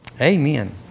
Amen